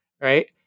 right